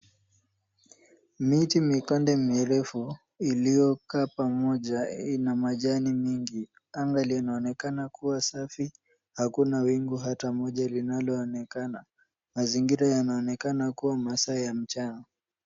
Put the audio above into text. Miti mikonde mirefu iliyokaa pamoja ina majani mingi. Anga linaonekana kuwa safi. Hakuna wingu hata moja linaloonekana. Mazingira yanaonekana kuwa masaa ya mchana.